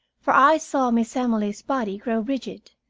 for i saw miss emily's body grow rigid,